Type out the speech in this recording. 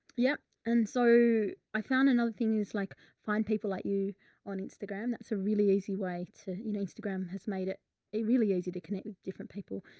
yeah. and so i found another thing is like, find people like you on instagram. that's a really easy way to, you know, instagram has made it a really easy to connect with different people.